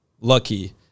lucky